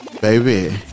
Baby